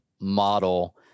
model